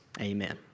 Amen